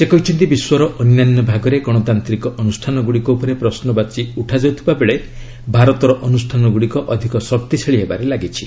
ସେ କହିଛନ୍ତି ବିଶ୍ୱର ଅନ୍ୟାନ୍ୟ ଭାଗରେ ଗଣତାନ୍ତ୍ରିକ ଅନୁଷ୍ଠାନଗୁଡ଼ିକ ଉପରେ ପ୍ରଶ୍ନବାଚୀ ଉଠାଯାଉଥିବା ବେଳେ ଭାରତର ଅନୁଷ୍ଠାନଗୁଡ଼ିକ ଅଧିକ ଶକ୍ତିଶାଳୀ ହେବାରେ ଲାଗିଛି